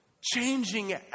changing